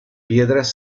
piedras